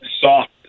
soft